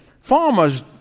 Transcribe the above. farmers